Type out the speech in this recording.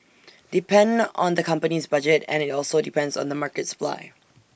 depend on the company's budget and IT also depends on the market supply